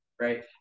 Right